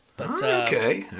okay